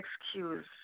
excuse